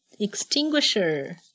extinguisher